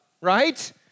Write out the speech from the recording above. right